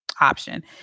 option